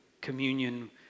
communion